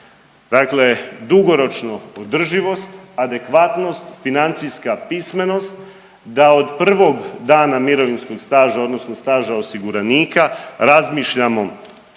Dakle, dugoročno održivost, adekvatnost, financijska pismenost da od prvog dana mirovinskog staža odnosno staža osiguranika razmišljamo